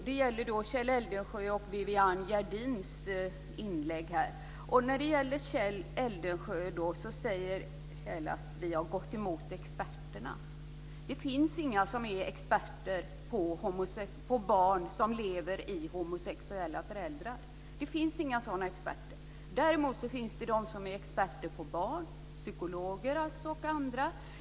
Det gäller Kjell Eldensjös och Viviann Gerdins inlägg. Kjell Eldensjö säger att vi har gått emot experterna. Det finns inga som är experter på barn som lever med homosexuella föräldrar. Däremot finns det de som är experter på barn, psykologer och andra.